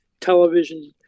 television